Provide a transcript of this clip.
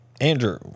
Andrew